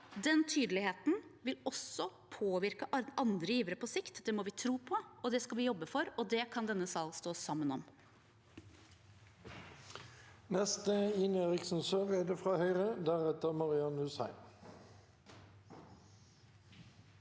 Den tydeligheten vil også påvirke andre givere på sikt. Det må vi tro på, det skal vi jobbe for, og det kan denne sal stå sammen om.